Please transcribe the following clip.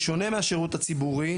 בשונה מהשירות הציבורי,